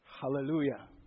Hallelujah